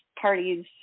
parties